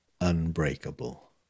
unbreakable